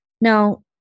Now